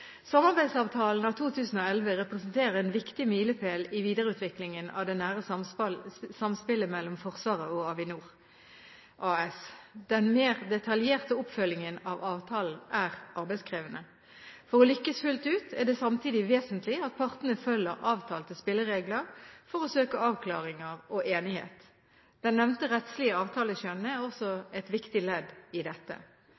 Samarbeidsavtalen av 2011 representerer en viktig milepæl i videreutviklingen av det nære samspillet mellom Forsvaret og Avinor AS. Den mer detaljerte oppfølgingen av avtalen er arbeidskrevende. For å lykkes fullt ut er det samtidig vesentlig at partene følger avtalte spilleregler for å søke avklaringer og enighet. Det nevnte rettslige avtaleskjønnet er også et viktig ledd i dette. Også tvisteløsningsmekanismer er